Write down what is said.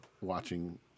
watching